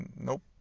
Nope